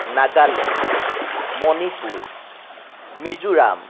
Nagaland Manipur Mizoram